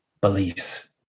Beliefs